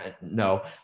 No